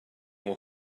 will